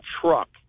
truck